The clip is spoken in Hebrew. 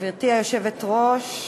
גברתי היושבת-ראש,